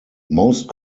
most